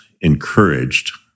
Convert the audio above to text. encouraged